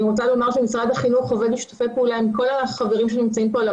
אני רוצה לומר שמשרד החינוך עומד לשתף פעולה עם כל החברים שנמצאים כאן.